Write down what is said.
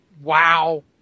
wow